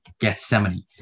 gethsemane